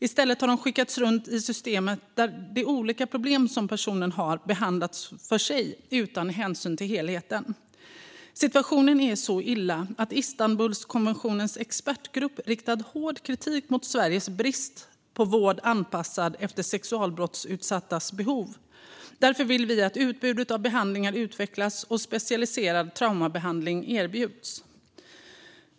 I stället har man skickats runt i systemet, där de olika problem personen har behandlas var för sig utan hänsyn till helheten. Situationen är så illa att Istanbulkonventionens expertgrupp har riktat hård kritik mot Sveriges brist på vård anpassad efter sexualbrottsutsattas behov. Därför vill vi att utbudet av behandlingar utvecklas och att specialiserad traumabehandling erbjuds.